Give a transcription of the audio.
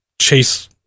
chase